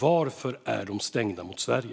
Varför är gränserna stängda mot Sverige?